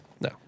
No